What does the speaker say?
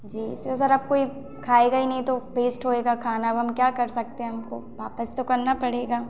जी अच्छा सर अब कोई खाएगा ही नहीं तो वेस्ट होगा खाना तो हम क्या कर सकते हैं वापस तो करना पड़ेगा